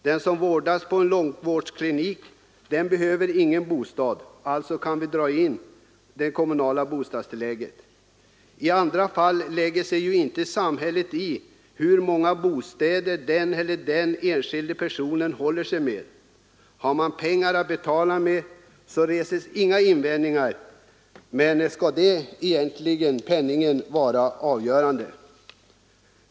— ”Den som vårdas på långvårdsklinik behöver ingen bostad, alltså kan vi dra in det kommunala bostadstillägget.” I andra fall lägger sig ju inte samhället i hur många bostäder den eller den enskilda personen håller sig med. Har man pengar att betala med reses inga invändningar, men skall egentligen penningen vara avgörande?